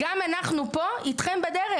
גם אנחנו פה איתכם בדרך.